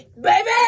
Baby